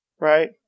right